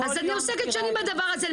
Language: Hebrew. אני עוסקת שנים בדבר הזה.